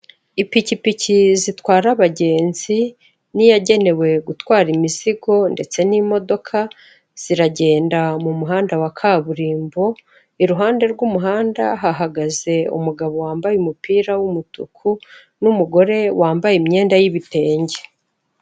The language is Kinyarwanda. Ipikipiki zitwara abagenzi n'iyagenewe gutwara imizigo ndetse n'imodoka ziragenda mu muhanda wa kaburimbo, iruhande rw'umuhanda hahagaze umugabo wambaye umupira w'umutuku n'umugore wambaye imyenda y'ibitenge.